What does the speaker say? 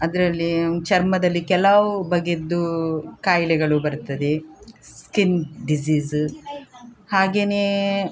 ಅದರಲ್ಲಿ ಚರ್ಮದಲ್ಲಿ ಕೆಲವು ಬಗೆಯದ್ದು ಖಾಯಿಲೆಗಳು ಬರ್ತದೆ ಸ್ಕಿನ್ ಡಿಸೀಸು ಹಾಗೆಯೇ